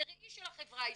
זה ראי של החברה הישראלית,